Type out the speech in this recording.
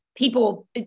People